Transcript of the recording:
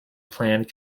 planned